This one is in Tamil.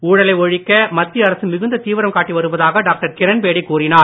ஊழலை ஒழிக்க மத்திய அரசு மிகுந்த தீவிரம் காட்டி வருவதாக டாக்டர் கிரண்பேடி கூறினார்